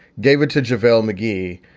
gave it to javale mcgee.